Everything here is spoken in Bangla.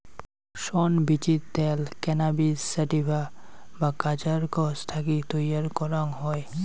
শন বীচির ত্যাল ক্যানাবিস স্যাটিভা বা গাঁজার গছ থাকি তৈয়ার করাং হই